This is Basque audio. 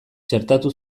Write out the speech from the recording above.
txertatu